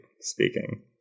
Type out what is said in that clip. speaking